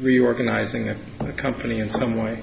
reorganizing the company in some way